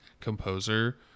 composer